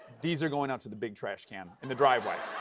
these are going out to the big trash can in the driveway.